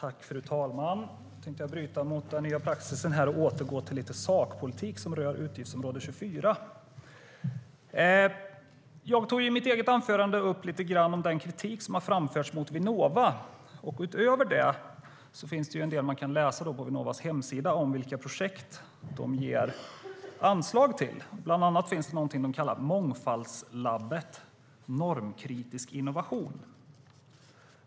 Fru talman! Jag tänkte bryta mot den nya praxisen och återgå till lite sakpolitik som rör utgiftsområde 24.Bland annat finns det något de kallar Mångfaldslabbet - normkritisk innovation.